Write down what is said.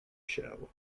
shell